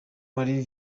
marie